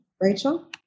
Rachel